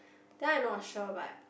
that one I not sure but